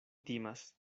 timas